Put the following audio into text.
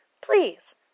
please